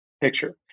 picture